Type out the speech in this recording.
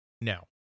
No